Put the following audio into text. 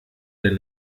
dein